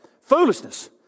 Foolishness